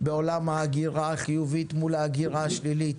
בעולם ההגירה החיובית מול ההגירה השלילית.